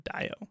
dio